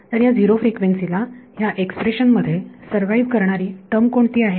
तर या zero frequency ला ह्या एक्सप्रेशन मध्ये सरव्हाईव्ह करणारी टर्म कोणती आहे